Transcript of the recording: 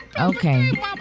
Okay